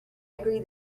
agree